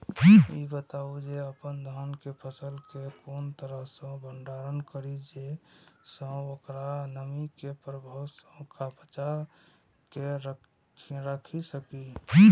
ई बताऊ जे अपन धान के फसल केय कोन तरह सं भंडारण करि जेय सं ओकरा नमी के प्रभाव सं बचा कय राखि सकी?